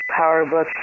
PowerBook